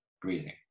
breathing